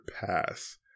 pass